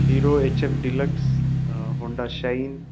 hero H F deluxe Honda shine